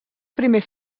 primer